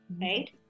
Right